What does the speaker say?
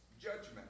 judgment